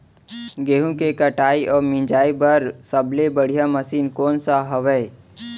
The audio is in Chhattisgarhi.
गेहूँ के कटाई अऊ मिंजाई बर सबले बढ़िया मशीन कोन सा हवये?